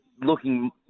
looking